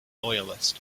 loyalist